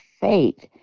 faith